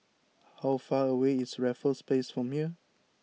how far away is Raffles Place from here